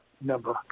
number